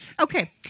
Okay